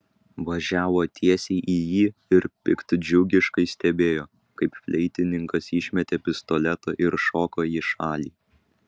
važiavo tiesiai į jį ir piktdžiugiškai stebėjo kaip fleitininkas išmetė pistoletą ir šoko į šalį